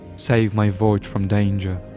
save my voyage from danger.